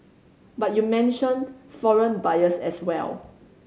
but you mentioned foreign buyers as well